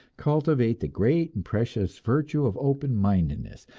cultivate the great and precious virtue of open-mindedness.